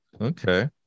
Okay